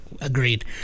agreed